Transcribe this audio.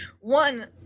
one